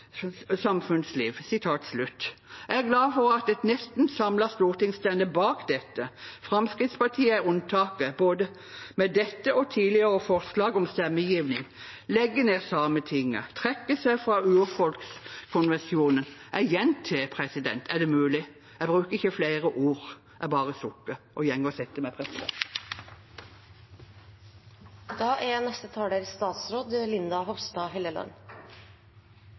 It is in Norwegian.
Jeg er glad for at et nesten samlet storting står bak dette. Fremskrittspartiet er unntaket, både med dette og tidligere forslag om stemmegivning: legge ned Sametinget, trekke seg fra urfolkskonvensjonen. Jeg gjentar: Er det mulig? Jeg bruker ikke flere ord. Jeg bare sukker og går og setter meg. Målet for regjeringens samepolitikk er